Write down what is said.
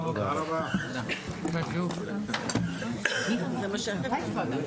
הישיבה ננעלה בשעה 11:00.